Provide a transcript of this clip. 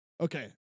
Okay